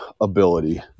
ability